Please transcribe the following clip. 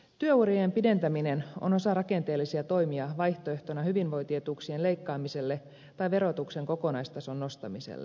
työurien pidentäminen on osa rakenteellisia toimia vaihtoehtona hyvinvointietuuksien leikkaamiselle tai verotuksen kokonaistason nostamiselle